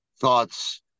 thoughts